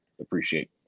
appreciate